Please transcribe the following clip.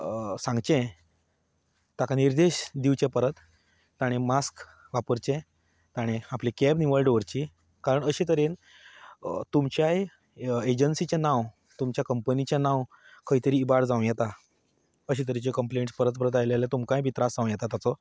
सांगचें ताका निर्देश दिवचे परत ताणें मास्क वापरचें ताणें आपली कॅब निवळ दवरची कारण अशे तरेन तुमच्याय एजंसीचें नांव तुमच्या कंपनीचें नांव खंयतरी इबाड जावं येता अशे तरेच्यो कंप्लेंट परत परत आयल्यो तुमकांय बी त्रास जावं येता ताजो